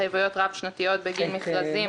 התחייבויות רב-שנתיות בגין מכרזים,